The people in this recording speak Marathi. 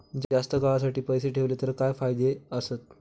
जास्त काळासाठी पैसे ठेवले तर काय फायदे आसत?